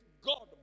God